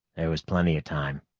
there was plenty of time.